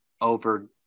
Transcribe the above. over